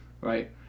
right